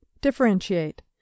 Differentiate